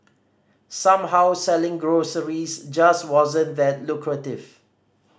somehow selling groceries just wasn't that lucrative